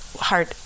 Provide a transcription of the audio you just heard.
hard